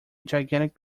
gigantic